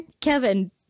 kevin